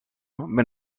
met